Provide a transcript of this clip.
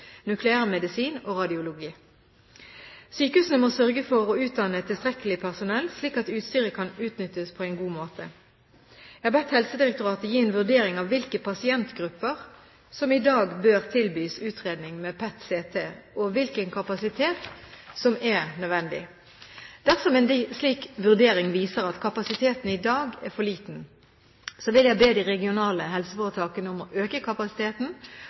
nukleærmedisin og radiologi. Sykehusene må sørge for å utdanne tilstrekkelig personell, slik at utstyret kan utnyttes på en god måte. Jeg har bedt Helsedirektoratet gi en vurdering av hvilke pasientgrupper som i dag bør tilbys utredning med PET-CT, og hvilken kapasitet som er nødvendig. Dersom en slik vurdering viser at kapasiteten i dag er for liten, vil jeg be de regionale helseforetakene om å øke kapasiteten.